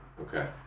Okay